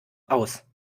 aus